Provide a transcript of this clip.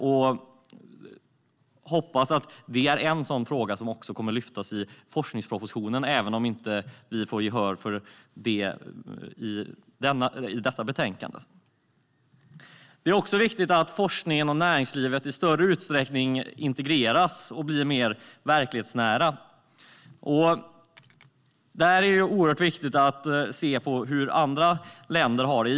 Vi hoppas att det är en sådan fråga som kommer att lyftas fram i forskningspropositionen även om vi inte får gehör för den i detta betänkande. Det är också viktigt att forskningen och näringslivet i större utsträckning integreras och blir mer verklighetsnära. Där är det oerhört viktigt att se hur andra länder har det.